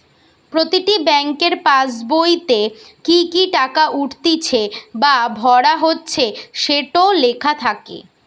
প্রতিটি বেংকের পাসবোইতে কি কি টাকা উঠতিছে বা ভরা হচ্ছে সেটো লেখা থাকে